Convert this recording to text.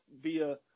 via